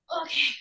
Okay